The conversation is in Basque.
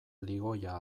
ligoia